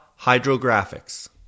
Hydrographics